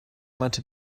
meinte